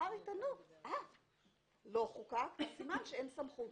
ומחר יטענו שלא חוקק, אז סימן שאין סמכות.